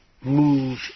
move